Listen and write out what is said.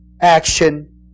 Action